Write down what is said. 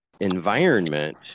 environment